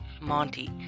Monty